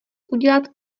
udělat